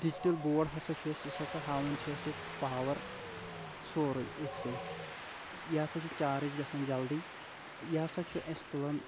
digital بوڈ ہسا چھُ اَسہِ یُس ہسا ہاوان چھِ اَسہِ ییٚتہِ پاوَر سورُے أتۍ سٕے یہِ ہسا چھِ چارٕج گژھان جلدی یہِ ہسا چھُ اَسہِ تُلان